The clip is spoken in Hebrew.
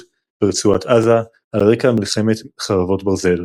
ברצועת עזה על רקע מלחמת חרבות ברזל.